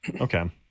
Okay